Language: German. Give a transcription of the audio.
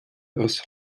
aus